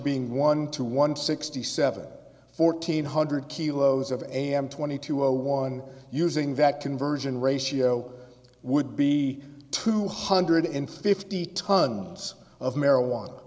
being one to one sixty seven fourteen hundred kilos of am twenty two zero one using that conversion ratio would be two hundred in fifty tons of marijuana